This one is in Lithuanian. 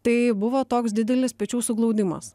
tai buvo toks didelis pečių suglaudimas